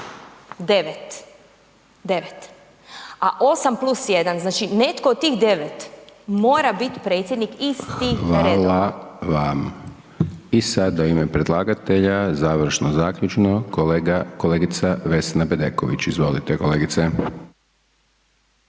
je 9. A 8 plus 1, znači netko od tih 9 mora biti predsjednik iz tih redova. **Hajdaš Dončić, Siniša (SDP)** Hvala vam. I sada u ime predlagatelja, završno, zaključno, kolegica Vesna Bedeković. Izvolite, kolegice